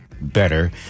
better